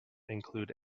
include